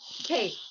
Okay